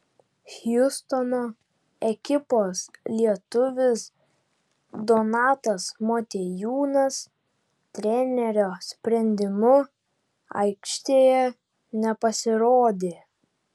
hjustono ekipos lietuvis donatas motiejūnas trenerio sprendimu aikštėje nepasirodė